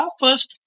first